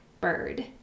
bird